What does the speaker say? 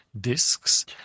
discs